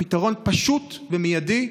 הפתרון פשוט ומיידי,